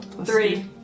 Three